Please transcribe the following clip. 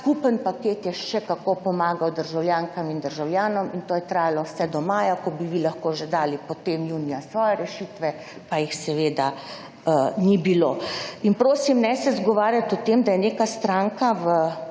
skupen paket je še kako pomagal državljankam in državljanom in to je trajalo vse do maja, ko bi vi lahko že dali potem junija svoje rešitve, pa jih ni bilo. In prosim ne se izgovarjati v tem, da je neka stranka v